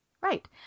Right